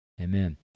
Amen